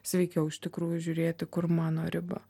sveikiau iš tikrųjų žiūrėti kur mano riba